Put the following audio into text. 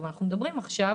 אנחנו מדברים עכשיו